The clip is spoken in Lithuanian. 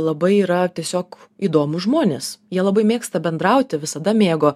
labai yra tiesiog įdomūs žmonės jie labai mėgsta bendrauti visada mėgo